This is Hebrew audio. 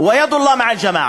וידו של אללה עם החבורה).